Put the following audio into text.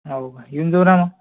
हाव येऊन जाऊ ना मग